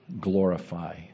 glorify